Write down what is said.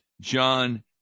John